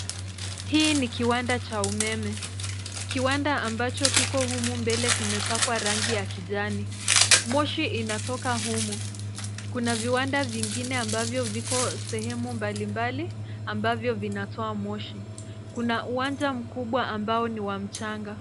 Hii ni kiwanda cha umeme. Kiwanda ambacho kiko humu mbele kimepakwa rangi ya kijani. Moshi inatoka humu. Kuna viwanda vingine ambavyo viko sehemu mbali mbali ambavyo vinatoa moshi. Kuna uwanja mkubwa ambao ni wa mchanga.